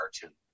cartoon